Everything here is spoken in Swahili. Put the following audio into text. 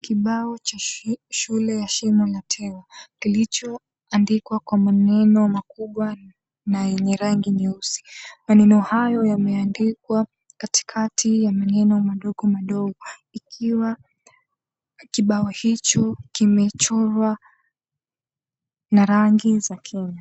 Kibao cha shule ya Shimo La Tewa kilichoandikwa kwa maneno makubwa na yenye rangi nyeusi, maneno hayo yameandikwa kati ya maneno madogo madogo ikiwa kibao hicho kimechorwa na rangi za Kenya.